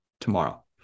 tomorrow